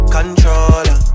Controller